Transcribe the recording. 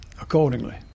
accordingly